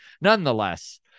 nonetheless